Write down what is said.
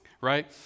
right